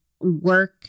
work